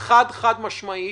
חד-חד משמעית